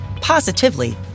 positively